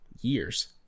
years